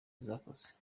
zakoze